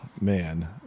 man